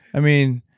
i mean,